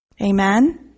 Amen